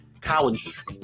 college